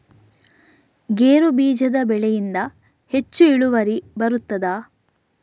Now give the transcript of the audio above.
ಗೇರು ಬೀಜದ ಬೆಳೆಯಿಂದ ಹೆಚ್ಚು ಇಳುವರಿ ಬರುತ್ತದಾ?